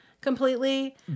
completely